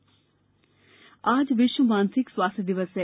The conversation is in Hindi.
विश्व मानसिक स्वास्थ्य दिवस आज विश्व मानसिक स्वास्थ्य दिवस है